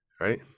right